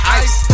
ice